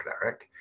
cleric